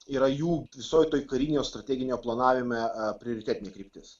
yra jų visoj toj karinio strateginio planavime e prioritetinė kryptis